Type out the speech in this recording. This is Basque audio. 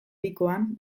bikoan